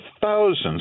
thousands